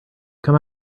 come